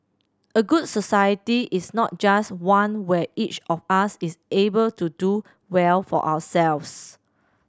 a good society is not just one where each of us is able to do well for ourselves